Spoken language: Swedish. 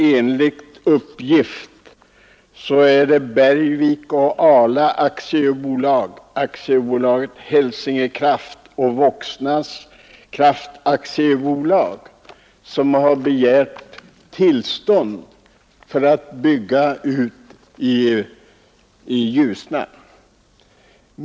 Enligt uppgift är det Bergvik och Ala AB, AB Hälsingekraft och Voxnans Kraft AB som har begärt tillstånd att få bygga ut i Ljusnan.